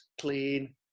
clean